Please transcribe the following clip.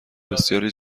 بسیاری